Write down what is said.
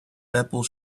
apple